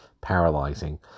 paralyzing